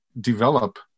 develop